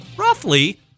roughly